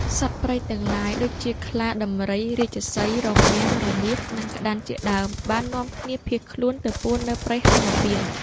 សត្វព្រៃទាំងឡាយដូចជា ខ្លា ដំរី រាជសីហ៍ រមាំង រមាស និងក្តាន់ជាដើម បាននាំគ្នាភៀសខ្លួនទៅពួននៅព្រៃហេមពាន្ត។